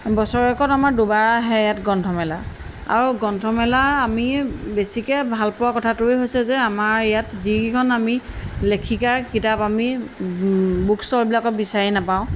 বছৰেকত আমাৰ দুবাৰ আহে ইয়াত গ্ৰন্থমেলা আৰু গ্ৰন্থমেলা আমি বেছিকৈ ভাল পোৱা কথাটোৱেই হৈছে যে আমাৰ ইয়াত যিকেইখন আমি লেখিকাৰ কিতাপ আমি বুক ষ্ট'ৰবিলাকত বিচাৰি নাপাওঁ